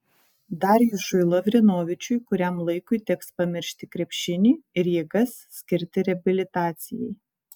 darjušui lavrinovičiui kuriam laikui teks pamiršti krepšinį ir jėgas skirti reabilitacijai